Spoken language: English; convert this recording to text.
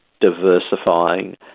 diversifying